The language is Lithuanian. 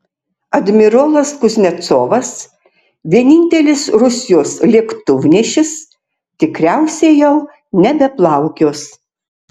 admirolas kuznecovas vienintelis rusijos lėktuvnešis tikriausiai jau nebeplaukios